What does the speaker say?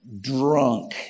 drunk